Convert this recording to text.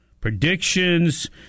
Predictions